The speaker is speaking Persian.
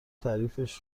تعریفش